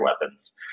weapons